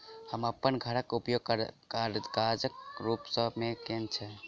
हम अप्पन घरक उपयोग करजाक सुरक्षा रूप मेँ केने छी